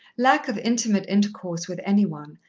lack of intimate intercourse with any one,